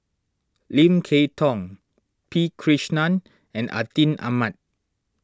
Lim Kay Tong P Krishnan and Atin Amat